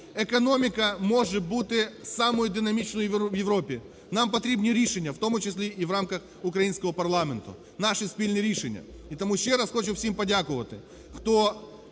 Економіка може бути самою динамічною в Європі. Нам потрібні рішення, в тому числі і в рамках українського парламенту, наші спільні рішення. І тому ще раз хочу всім подякувати, хто